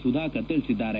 ಸುಧಾಕರ್ ತಿಳಿಸಿದ್ದಾರೆ